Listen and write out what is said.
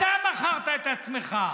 אתה מכרת את עצמך.